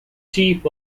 chief